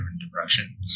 depression